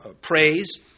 praise